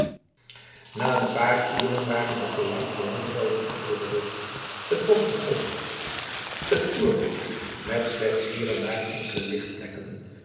na n paar uren waren de alang alangvelden achter de rug het bos begon het oerwoud met slechts hier en daar enkele